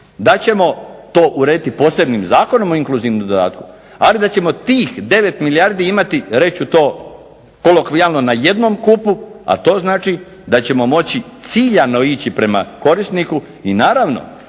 da ćemo to urediti posebnim Zakonom o inkluzivnom dodatku, ali da ćemo tih 9 milijardi imati reći ću to kolokvijalno na jednom kupu, a to znači da ćemo moći ciljano ići prema korisniku i naravno